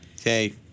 Okay